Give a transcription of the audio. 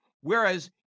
Whereas